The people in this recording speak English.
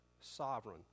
sovereign